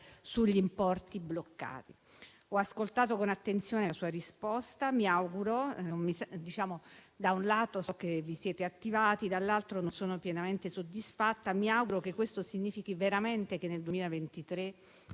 sugli importi bloccati. Ho ascoltato con attenzione la sua risposta: da un lato so che vi siete attivati, ma dall'altro non sono pienamente soddisfatta. Mi auguro che questo significhi veramente che nel 2023